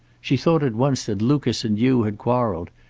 she thought at once that lucas and you had quarreled,